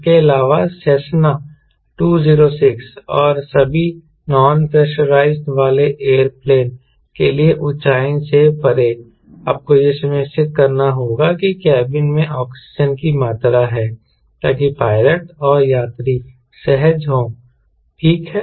इसके अलावा सेसना 206 और सभी नॉन प्रेशराइज्ड वाले एयरप्लेन के लिए ऊंचाई से परे आपको यह सुनिश्चित करना होगा कि केबिन में ऑक्सीजन की मात्रा है ताकि पायलट और यात्री सहज हों ठीक है